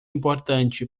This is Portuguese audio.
importante